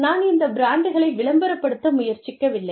நான் இந்த பிராண்டுகளை விளம்பரப்படுத்த முயற்சிக்கவில்லை